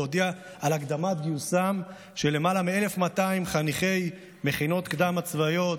והודיע על הקדמת גיוסם של למעלה מ-1,200 חניכי מכינות קדם-צבאיות,